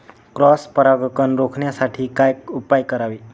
Cross परागकण रोखण्यासाठी काय उपाय करावे?